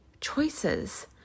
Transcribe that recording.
choices